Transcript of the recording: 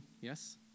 yes